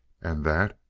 and that?